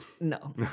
No